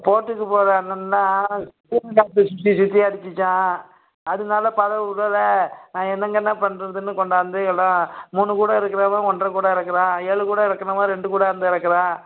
போர்ட்டுக்கு போகிற என்னன்னா சுற்றி சுற்றி அடிச்சுச்சாம் அதனால படகு விடலை நான் என்னங்கண்ணா பண்றதுன்னு கொண்டாந்து எல்லாம் மூணு கூடை இறக்குறவன் ஒன்ரை கூடை இறக்குறான் ஏழு கூடை இறக்குனவன் ரெண்டு கூடை வந்து இறக்குறான்